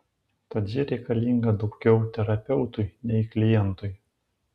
tad ji reikalinga daugiau terapeutui nei klientui